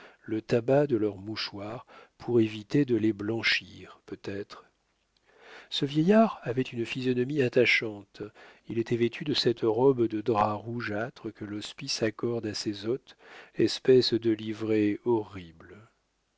le tabac de leurs mouchoirs pour éviter de les blanchir peut-être ce vieillard avait une physionomie attachante il était vêtu de cette robe de drap rougeâtre que l'hospice accorde à ses hôtes espèce de livrée horrible